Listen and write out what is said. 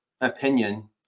opinion